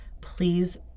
please